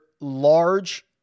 large